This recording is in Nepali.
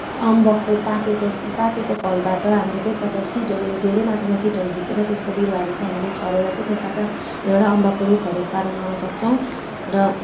अम्बकको पाकेको पाकेको फलबाट हामीले त्यसबाट सिडहरू धेरै मात्रामा सिडहरू झिकेर त्यसको बिरुवाहरू चाहिँ हामीले छरेर चाहिँ त्यसबाट धेरैवटा अम्बकको रुखहरू उत्पादन गर्नु सक्छौँ र